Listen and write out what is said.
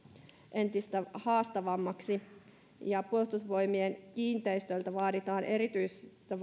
entistä haastavammaksi ja puolustusvoimien kiinteistöiltä vaaditaan erityistä